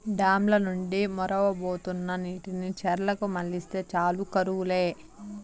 dam ల నుండి మొరవబోతున్న నీటిని చెర్లకు మల్లిస్తే చాలు కరువు లే